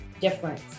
difference